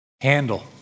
handle